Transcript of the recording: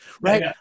right